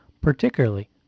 particularly